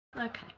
okay